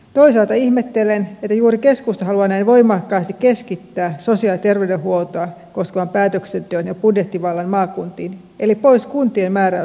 toisaalta ihmettelen että juuri keskusta haluaa näin voimakkaasti keskittää sosiaali ja terveydenhuoltoa koskevan päätöksenteon ja budjettivallan maakuntiin eli pois kuntien määräysvallasta